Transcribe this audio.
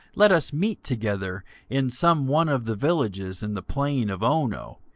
let us meet together in some one of the villages in the plain of ono.